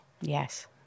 Yes